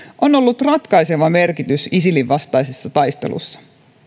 on ollut ratkaiseva merkitys isilin vastaisessa taistelussa